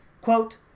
Quote